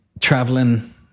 traveling